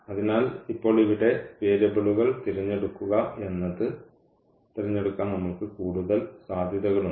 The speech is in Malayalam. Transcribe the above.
അതിനാൽ ഇപ്പോൾ ഇവിടെ വേരിയബിളുകൾ തിരഞ്ഞെടുക്കുക എന്നത് തിരഞ്ഞെടുക്കാൻ നമ്മൾക്ക് കൂടുതൽ സാധ്യതകളുണ്ട്